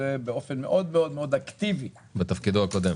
באופן מאוד מאוד אקטיבי בתפקידו הקודם.